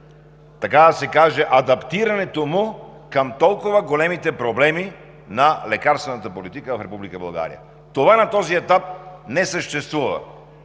така да се каже, адаптирането му към толкова големите проблеми на лекарствената политика в Република България. Това на този етап не съществува.